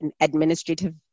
administrative